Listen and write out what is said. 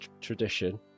tradition